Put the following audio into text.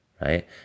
right